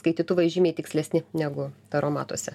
skaitytuvai žymiai tikslesni negu taromatuose